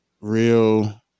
real